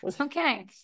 Okay